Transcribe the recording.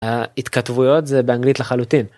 התכתבויות זה באנגלית לחלוטין.